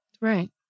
Right